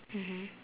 mmhmm